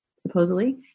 supposedly